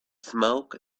smoke